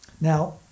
Now